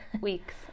Weeks